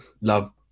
love